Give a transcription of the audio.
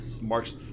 Mark's